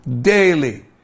daily